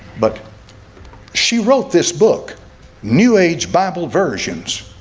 but she wrote this book new aids bible versions.